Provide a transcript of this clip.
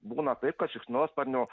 būna taip kad šikšnosparnių